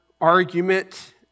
argument